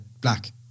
black